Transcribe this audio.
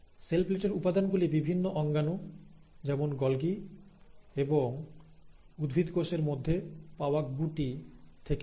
sell প্লেটের উপাদানগুলি বিভিন্ন অঙ্গানু যেমন গলগী এবং উদ্ভিদ কোষের মধ্যে পাওয়া গুটি থেকে আসে